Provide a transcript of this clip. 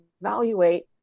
evaluate